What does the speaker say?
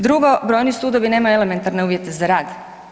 Drugo, brojni sudovi nemaju elementarne uvjete za rad.